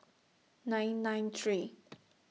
nine nine three